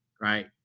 right